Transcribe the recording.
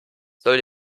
soll